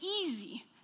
easy